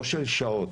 לא של שעות,